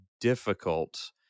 difficult